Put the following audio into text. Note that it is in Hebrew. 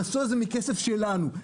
המסוע זה מכסף שלנו.